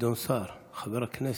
גדעון סער, חבר הכנסת.